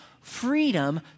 freedom